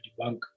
debunk